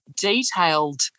detailed